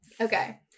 Okay